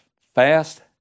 fast